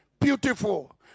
Beautiful